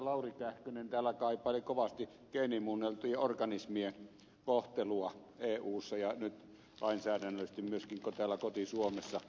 lauri kähkönen täällä kaipaili kovasti geenimuunneltujen organismien kohtelua eussa ja nyt lainsäädännöllisesti myöskin täällä koti suomessa